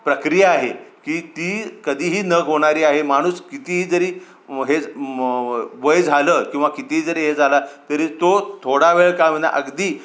प्रक्रिया आहे की ती कधीही न होणारी आहे माणूस कितीही जरी हे वय झालं किंवा कितीही जरी हे झाला तरी तो थोडा वेळ का होईना अगदी